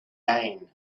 again